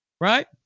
Right